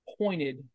pointed